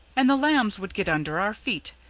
and the lambs would get under our feet,